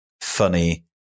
funny